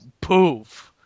poof